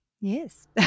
yes